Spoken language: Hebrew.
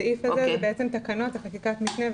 הסעיף הזה הוא בעצם תקנות לחקיקת משנה.